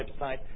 website